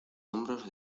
hombros